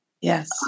Yes